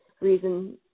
reason